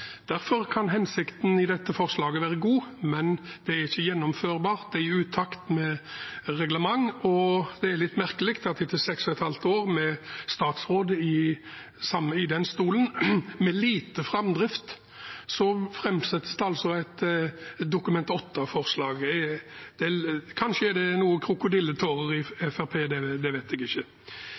ikke gjennomførbart, det er i utakt med reglement. Og det er litt merkelig at etter seks og et halvt år med Fremskrittsparti-statsråd stolen – med lite framdrift – framsettes det altså et Dokument 8-forslag. Kanskje er det noen krokodilletårer i Fremskrittspartiet, det vet jeg ikke.